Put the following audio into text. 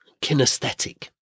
kinesthetic